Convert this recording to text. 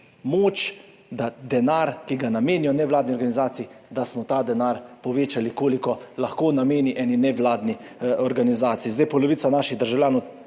Moč, da denar, ki ga namenijo nevladni organizaciji, da smo ta denar povečali koliko lahko nameni eni nevladni organizaciji.